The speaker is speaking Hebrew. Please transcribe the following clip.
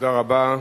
תודה רבה.